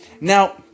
now